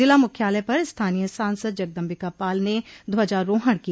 जिला मुख्यालय पर स्थानीय सांसद जगदम्बिकापाल ने ध्वजारोहण किया